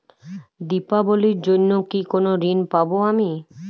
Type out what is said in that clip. দীপাবলির জন্য কি কোনো ঋণ পাবো আমি?